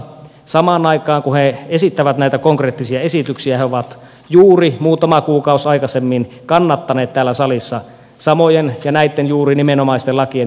samaan aikaan kun he esittävät näitä konkreettisia esityksiä he ovat juuri muutama kuukausi aikaisemmin kannattaneet täällä salissa samojen ja juuri näitten nimenomaisten lakien hyväksymistä